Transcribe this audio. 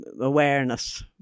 awareness